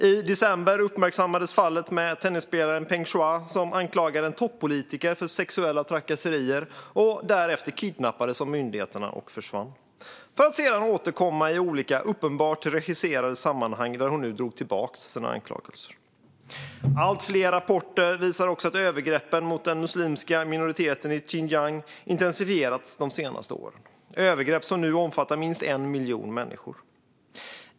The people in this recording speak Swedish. I december uppmärksammades fallet med tennisspelaren Peng Shuai, som anklagade en toppolitiker för sexuella trakasserier och därefter kidnappades av myndigheterna och försvann, för att sedan återkomma i olika uppenbart regisserade sammanhang där hon drog tillbaka sina anklagelser. Allt fler rapporter visar också att övergreppen mot den muslimska minoriteten i Xinjiang intensifierats de senaste åren. Detta är övergrepp som nu drabbar minst 1 miljon människor.